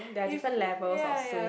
ya ya